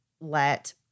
let